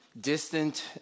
distant